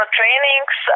trainings